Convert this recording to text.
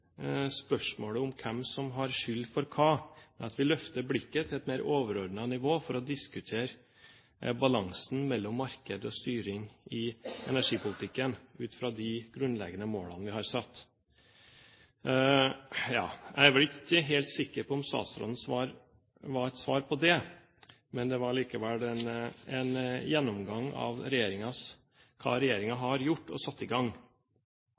spørsmålet om hvem som har skyld for hva, at vi løfter blikket til et mer overordnet nivå for å diskutere balansen mellom marked og styring i energipolitikken ut fra de grunnleggende målene vi har satt. Jeg er ikke helt sikker på om statsrådens svar var et svar på det, men det var likevel en gjennomgang av hva regjeringen har gjort og satt i gang.